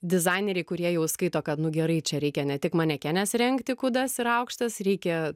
dizaineriai kurie jau skaito kad nu gerai čia reikia ne tik manekenės rengti kūdas ir aukštas reikia